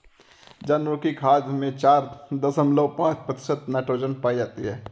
जानवरों की खाद में चार दशमलव पांच प्रतिशत नाइट्रोजन पाई जाती है